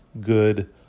good